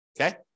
Okay